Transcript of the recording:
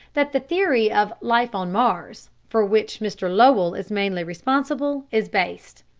that the theory of life on mars for which mr lowell is mainly responsible, is based.